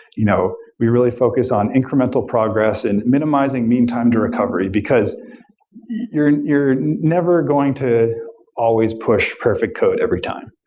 you know we really focus on incremental progress and minimizing meantime to recovery, because you're you're never going to always push perfect code every time.